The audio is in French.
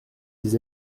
des